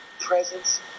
presence